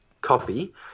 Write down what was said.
coffee